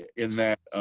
in that,